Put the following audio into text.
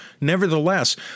Nevertheless